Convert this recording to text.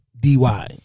D-Y